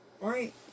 right